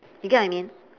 you get what I mean